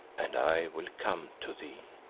and i will come to thee.